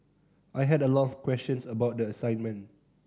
I had a lot of questions about the assignment